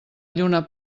lluna